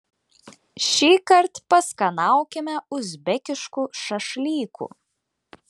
šįkart paskanaukime uzbekiškų šašlykų